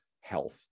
health